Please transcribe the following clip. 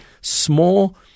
small